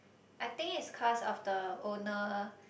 I think it's cause of the owner